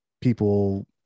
people